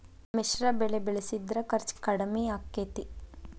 ಮಿಶ್ರ ಬೆಳಿ ಬೆಳಿಸಿದ್ರ ಖರ್ಚು ಕಡಮಿ ಆಕ್ಕೆತಿ?